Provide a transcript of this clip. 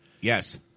Yes